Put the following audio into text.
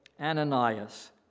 Ananias